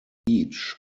each